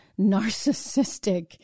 narcissistic